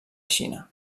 xina